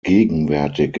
gegenwärtig